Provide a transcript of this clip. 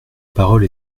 parole